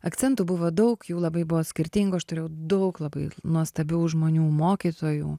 akcentų buvo daug jų labai buvo skirtingų aš turėjau daug labai nuostabių žmonių mokytojų